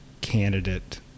candidate